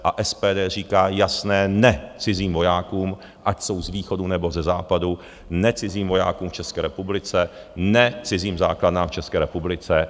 A SPD říká jasné ne cizím vojákům, ať jsou z východu, nebo ze západu, ne cizím vojákům v České republice, ne cizím základnám v České republice.